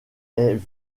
est